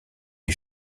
est